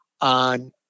on